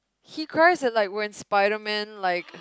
he cries at like when Spiderman like